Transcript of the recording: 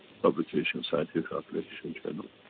publication scientific application journal.